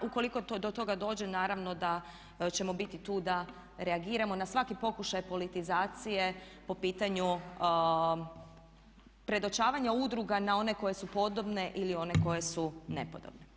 Ukoliko do toga dođe naravno da ćemo biti tu da reagiramo na svaki pokušaj politizacije po pitanju predočavanja udruga na one koje su podobne ili one koje su nepodobne.